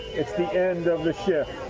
it's the end of the shift.